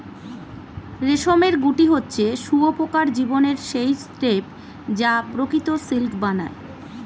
রেশমের গুটি হচ্ছে শুঁয়োপোকার জীবনের সেই স্তুপ যা প্রকৃত সিল্ক বানায়